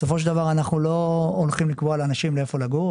בסופו של דבר אנחנו לא הולכים לקבוע לאנשים איפה לגור,